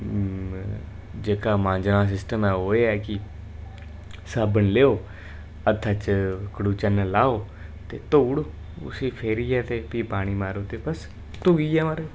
जेह्का मांजने दा सिस्टम ऐ ओह एह् कि साबन लैओ हत्थै च खड़ूचै ने लाओ ते धाऊ उड़ो उसी फेरियै फ्ही पानी मारो ते बस धोइयै महाराज